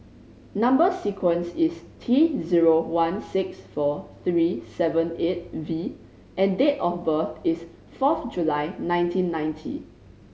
number sequence is T zero one six four three seven eight V and date of birth is forth July nineteen ninety